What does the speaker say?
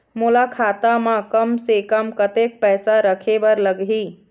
मोला खाता म कम से कम कतेक पैसा रखे बर लगही?